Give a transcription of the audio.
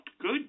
good